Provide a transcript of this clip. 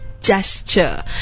gesture